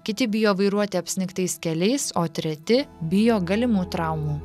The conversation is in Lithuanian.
kiti bijo vairuoti apsnigtais keliais o treti bijo galimų traumų